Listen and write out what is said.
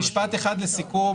משפט אחד לסיכום.